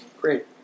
Great